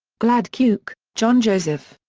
gladchuk, john joseph.